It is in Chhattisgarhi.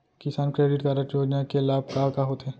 किसान क्रेडिट कारड योजना के लाभ का का होथे?